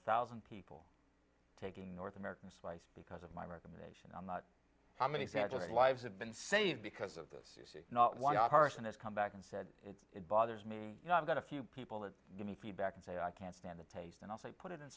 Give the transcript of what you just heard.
thousand people taking north american life because of my recommendation i'm not how many examples of lives have been saying because of this you see not one person has come back and said it bothers me you know i've got a few people that give me feedback and say i can't stand the taste and i'll say put it in